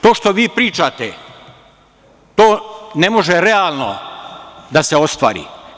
To što vi pričate, to ne može realno da se ostvari.